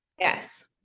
Yes